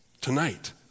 tonight